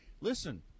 Listen